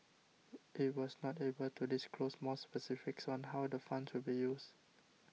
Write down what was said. it was not able to disclose more specifics on how the funds will be used